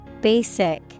Basic